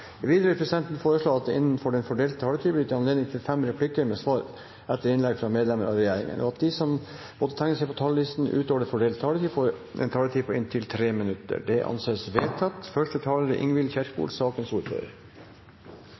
Videre vil presidenten foreslå at det blir gitt anledning til fem replikker med svar etter innlegg fra medlem av regjeringen innenfor den fordelte taletid, og at de som måtte tegne seg på talerlisten utover den fordelte taletid, får en taletid på inntil 3 minutter. – Det anses vedtatt.